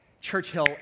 Churchill